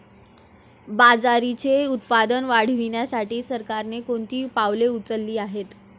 बाजरीचे उत्पादन वाढविण्यासाठी सरकारने कोणती पावले उचलली आहेत?